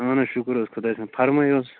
اَہَن حظ شُکُر حظ خۄدایَس کُن فَرمٲیِو حظ